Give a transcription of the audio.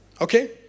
Okay